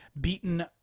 beaten